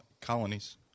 colonies